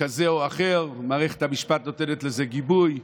כזה או אחר, מערכת המשפט נותנת לזה גיבוי,